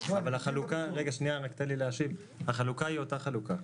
אבל החלוקה היא אותה חלוקה.